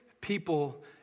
people